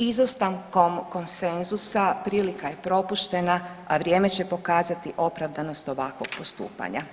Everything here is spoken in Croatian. Izostankom konsenzusa prilika je propuštena, a vrijeme će pokazati opravdanost ovakvog postupanja.